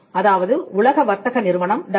அதாவது உலக வர்த்தக நிறுவனம் WTO